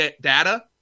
data